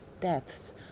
deaths